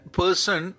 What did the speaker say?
person